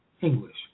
English